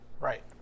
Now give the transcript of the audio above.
right